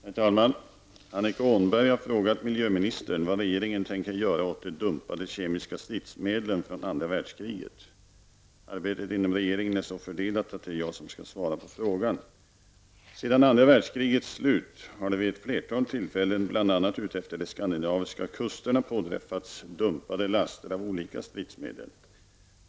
Herr talman! Annika Åhnberg har frågat miljöministern vad regeringen tänker göra åt de dumpade kemiska stridsmedlen från andra världskriget. Arbetet inom regeringen är så fördelat att det är jag som skall svara på frågan. Sedan andra världskrigets slut har det vid ett flertal tillfällen bl.a. utefter de skandinaviska kusterna påträffats dumpade laster av olika stridsmedel.